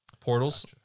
portals